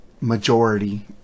Majority